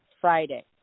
Friday